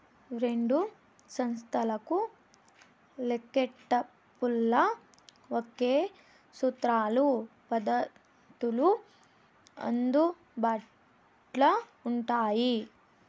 రెండు సంస్తలకు లెక్కేటపుల్ల ఒకే సూత్రాలు, పద్దతులు అందుబాట్ల ఉండాయి